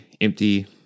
empty